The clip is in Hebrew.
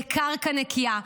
לקרקע נקייה.